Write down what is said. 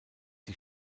die